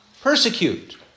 persecute